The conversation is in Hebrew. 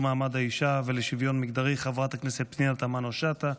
מעמד האישה ולשוויון מגדרי חברת הכנסת פנינה תמנו שטה,